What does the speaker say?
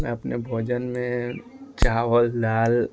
मैं अपने भोजन में चावल दाल